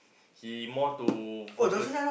he more to focus